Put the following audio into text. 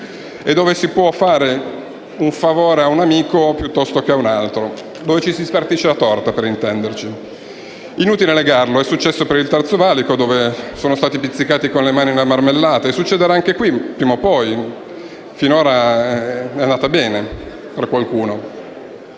e dove si può fare un favore a un amico piuttosto che a un altro, dove ci si spartisce la torta. Inutile negarlo: è successo per il terzo valico, dove sono stati pizzicati con le mani nella marmellata, e succederà anche qui prima o poi (finora è andata bene per qualcuno);